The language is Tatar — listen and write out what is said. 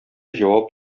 җавап